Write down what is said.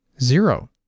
Zero